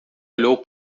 olhou